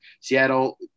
Seattle